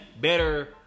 better